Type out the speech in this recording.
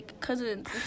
cousins